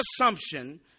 assumption